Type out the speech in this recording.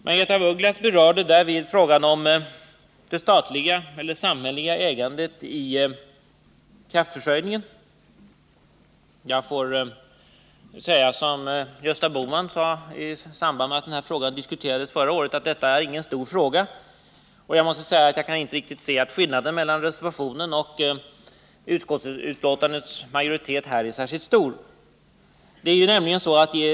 Margaretha af Ugglas berörde frågan om det samhälleliga ägandet i kraftförsörjningen. Jag får säga som Gösta Bohman sade i samband med att denna fråga diskuterades förra året, att detta inte är någon stor fråga. Jag kan inte se att skillnaden mellan reservationen och utskottets hemställan är särskilt stor.